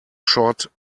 short